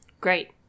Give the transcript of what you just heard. Great